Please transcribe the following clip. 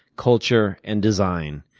culture, and design.